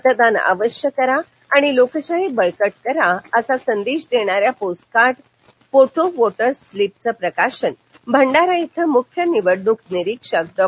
मतदान अवश्य करा आणि लोकशाही बळकट करा असा संदेश देणाऱ्या पोस्टकार्ड फोटो व्होटर स्लीपचं प्रकाशन भंडारा इथं मुख्य निवडणुक निरीक्षक डॉ